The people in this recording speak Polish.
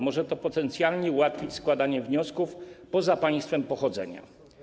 Może to potencjalnie ułatwić składanie wniosków poza państwem pochodzenia.